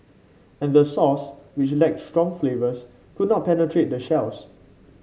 and the sauce which lacked strong flavours could not penetrate the shells